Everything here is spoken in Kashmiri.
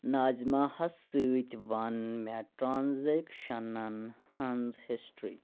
ناظِمہ ہَس سۭتۍ وَن مےٚ ٹرٛانزٮ۪کشنَن ہٕنٛز ہِسٹِرٛی